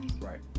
Right